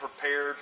prepared